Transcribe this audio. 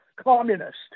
communist